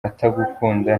atagukunda